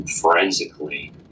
forensically